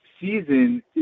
season